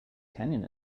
canyon